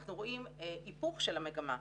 אנחנו רואים היפוך של המגמה,